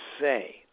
say